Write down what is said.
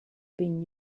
been